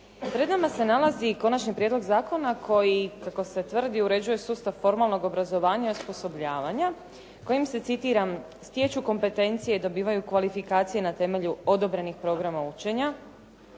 Pred nama se nalazi konačni prijedlog zakona koji, kako se tvrdi, uređuje sustav formalnog obrazovanja i osposobljavanja kojim se, citiram: "Stječu kompetencije, dobivaju kvalifikacije na temelju odobrenih programa učenja,